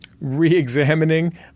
re-examining